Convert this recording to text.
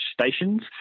stations